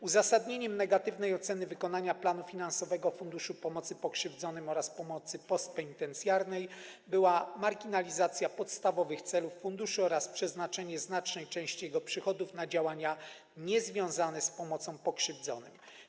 Uzasadnieniem negatywnej oceny wykonania planu finansowego Funduszu Pomocy Pokrzywdzonym oraz Pomocy Postpenitencjarnej była marginalizacja podstawowych celów funduszu oraz przeznaczenie znacznej części jego przychodów na działania niezwiązane z pomocą pokrzywdzonym.